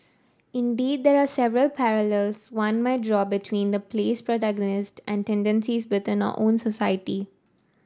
indeed there are several parallels one might draw between the play's protagonists and tendencies within our own society